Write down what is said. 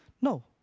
no